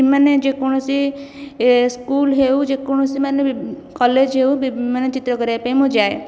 ମାନେ ଯେକୌଣସି ସ୍କୁଲ ହେଉ ଯେକୌଣସି ମାନେ କଲେଜ ହେଉ ମାନେ ଚିତ୍ର କରିବା ପାଇଁ ମୁଁ ଯାଏ